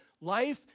Life